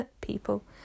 people